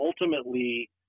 ultimately